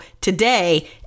today